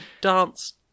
dance